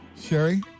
Sherry